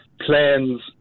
plans